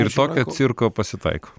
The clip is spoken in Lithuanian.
ir tokio cirko pasitaiko